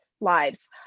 lives